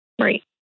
Right